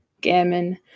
Gammon